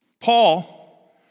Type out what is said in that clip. Paul